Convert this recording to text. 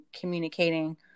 communicating